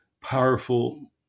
powerful